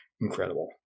incredible